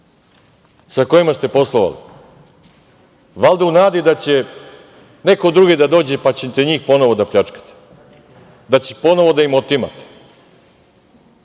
sa kojima ste poslovali, valjda u nadi da će neko drugi da dođe pa ćete njih ponovo da pljačkate, da ćete ponovo da im otimate.